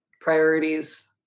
priorities